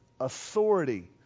authority